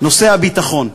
נושא הביטחון.